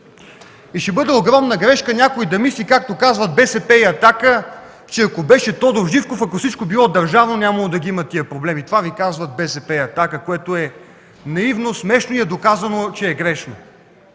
И ще бъде огромна грешка някой да мисли, както казват от БСП и „Атака”, че ако бил Тодор Живков, ако всичко било държавно, нямало да ги има тези проблеми, което е наивно, смешно и е доказано, че е грешно.